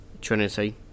Trinity